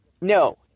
No